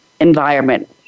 environment